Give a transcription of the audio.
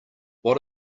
what